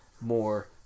more